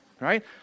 right